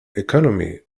economy